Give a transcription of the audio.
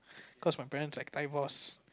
cause my parents like divorced